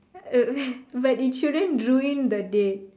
but it shouldn't ruin the date